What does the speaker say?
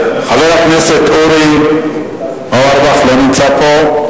חבר הכנסת אורי אורבך, לא נמצא פה,